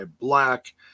black